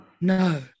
no